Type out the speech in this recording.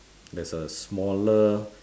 there's a smaller